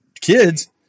kids